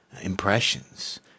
impressions